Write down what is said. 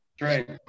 right